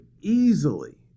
easily